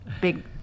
big